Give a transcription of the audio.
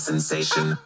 Sensation